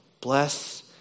bless